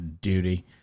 duty